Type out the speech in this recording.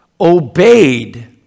obeyed